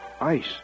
Ice